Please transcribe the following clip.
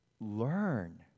learn